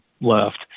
left